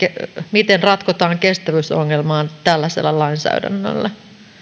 miten ratkotaan kestävyysongelmaa tällaisella lainsäädännöllä